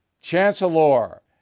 Chancellor